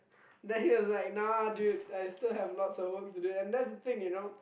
then he was like nah dude I still have lots to do and that's the thing you know